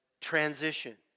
transition